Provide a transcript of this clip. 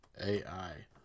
AI